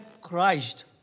Christ